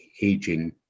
aging